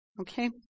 Okay